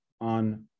on